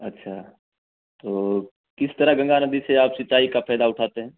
अच्छा तो किस तरह गंगा नदी से आप सिंचाई का फायदा उठाते हैं